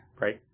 Right